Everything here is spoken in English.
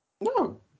No